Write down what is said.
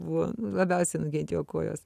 buvo labiausiai nukentėjo kojos